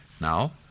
Now